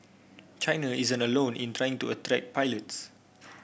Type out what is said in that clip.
China isn't alone in trying to attract pilots